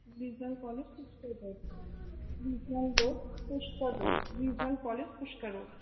regional college Pushkar road regional college Pushkar road regional college Pushkar road